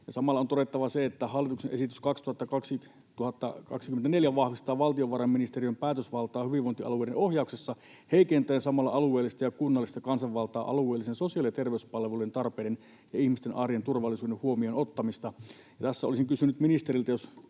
samalla on todettava se, että hallituksen esitys 2/2024 vahvistaa valtiovarainministeriön päätösvaltaa hyvinvointialueiden ohjauksessa heikentäen samalla alueellista ja kunnallista kansanvaltaa ja alueellisten sosiaali‑ ja terveyspalvelujen tarpeiden ja ihmisten arjen turvallisuuden huomioon ottamista. Tässä olisin kysynyt ministeriltä,